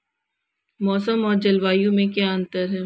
मौसम और जलवायु में क्या अंतर?